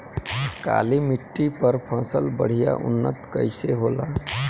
काली मिट्टी पर फसल बढ़िया उन्नत कैसे होला?